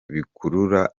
bikurura